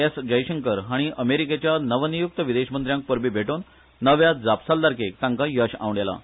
एस जयशंकर हांणी अमेरिकेच्या नवनियुक्त विदेश मंत्र्याक परबीं भेटोवन नव्या जापसालदारकेक तांकां येस आंवडेलां